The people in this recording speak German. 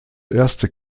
erste